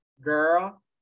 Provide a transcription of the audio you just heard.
girl